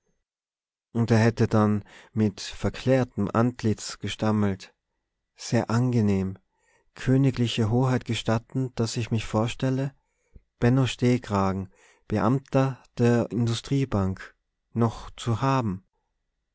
und er hätte dann mit verklärtem antlitz gestammelt sehr angenehm königliche hoheit gestatten daß ich mich vorstelle benno stehkragen beamter der industriebank noch zu haben